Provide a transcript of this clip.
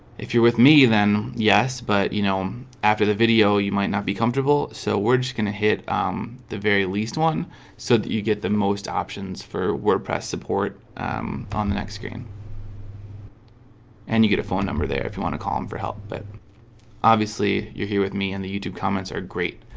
if you're with me then yes, but you know after the video you might not be comfortable so we're just gonna hit um the very least one so that you get the most options for wordpress support on the next screen and you get a phone number there if you want to call them for help but obviously you're here with me and the youtube comments are great.